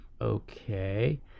Okay